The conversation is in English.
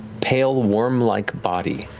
pale, worm-like body,